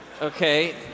Okay